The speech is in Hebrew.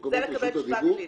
זה כדי לקבל תשובה קלינית.